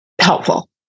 helpful